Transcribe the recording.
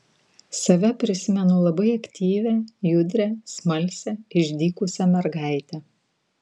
save prisimenu labai aktyvią judrią smalsią išdykusią mergaitę